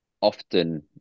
often